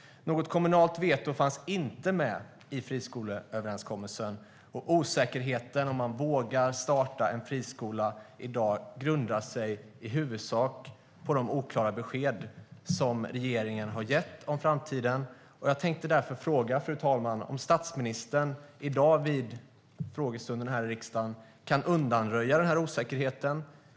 Något kommunalt veto fanns inte med i friskoleöverenskommelsen. Osäkerheten i fråga om huruvida man vågar starta en friskola i dag grundar sig i huvudsak på de oklara besked som regeringen har gett om framtiden. Jag tänkte därför fråga, fru talman, om statsministern i dag, i frågestunden här i riksdagen, kan undanröja den osäkerheten.